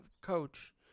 coach